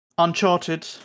Uncharted